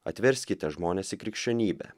atverskite žmones į krikščionybę